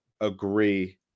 agree